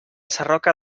sarroca